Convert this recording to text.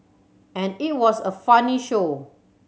and it was a funny show